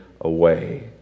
away